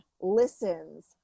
listens